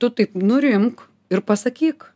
tu taip nurimk ir pasakyk